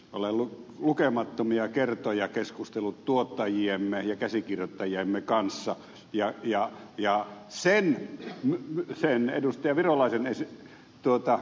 olen lukemattomia kertoja keskustellut tuottajiemme ja käsikirjoittajiemme kanssa ja sen ed